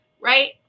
right